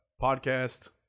podcast